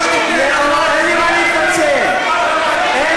כל מי שמתעסק בטרור, אני